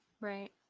Right